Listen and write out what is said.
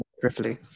briefly